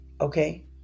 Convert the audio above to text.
okay